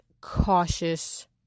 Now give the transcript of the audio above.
cautious